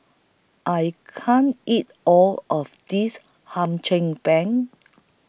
I can't eat All of This Hum Chim Peng